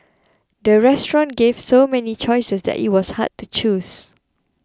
the restaurant gave so many choices that it was hard to choose